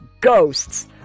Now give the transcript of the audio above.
ghosts